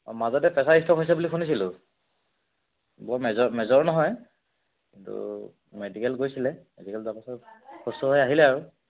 অঁ মাজতে pressure stroke হৈছে বুলি শুনিছিলোঁ বৰ মেজৰ মেজৰ নহয় কিন্তু মেডিকেল গৈছিলে মেডিকেল যোৱাৰ পাছত সুস্থ হৈ আহিলে আৰু